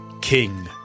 King